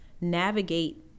navigate